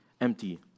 empty